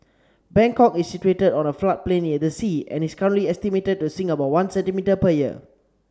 Bangkok is situated on a floodplain near the sea and is currently estimated to sink about one centimetre per year